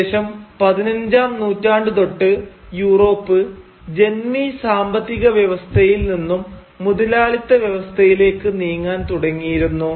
ഏകദേശം പതിനഞ്ചാം നൂറ്റാണ്ടു തൊട്ട് യൂറോപ് ജന്മി സാമ്പത്തിക വ്യവസ്ഥയിൽ നിന്നും മുതലാളിത്ത വ്യവസ്ഥയിലേക്ക് നീങ്ങാൻ തുടങ്ങിയിരുന്നു